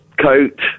coat